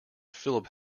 philip